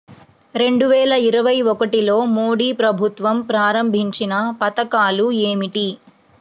రెండు వేల ఇరవై ఒకటిలో మోడీ ప్రభుత్వం ప్రారంభించిన పథకాలు ఏమిటీ?